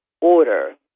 order